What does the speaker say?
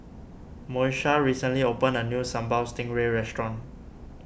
Moesha recently opened a new Sambal Stingray restaurant